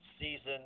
season